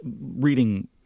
reading